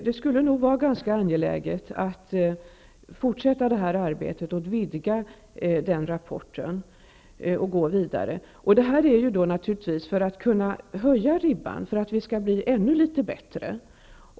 Det skulle nog vara ganska angeläget att fortsätta detta arbete, vidga den rapporten och gå vidare för att kunna höja ribban, för att vi skall bli ännu litet bättre.